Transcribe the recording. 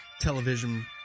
television